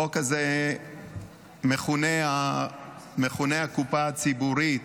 מכונה "הקופה הציבורית",